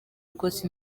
rwose